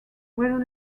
were